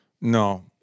No